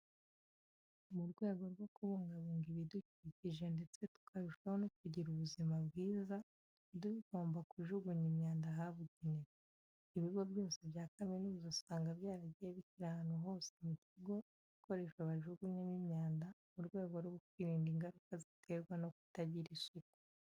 Mu rwego rwo kubungabunga ibidukikije ndetse tukarushaho no kugira ubuzima bwiza, tuba tugomba kujugunya imyanda ahabugenewe. Ibigo byose bya kaminuza, usanga byaragiye bishyira ahantu hose mu kigo ibikoresho bajugunyamo imyanda, mu rwego rwo kwirinda ingaruka ziterwa no kutagira isuku.